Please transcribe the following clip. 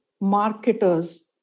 marketers